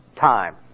Time